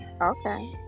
Okay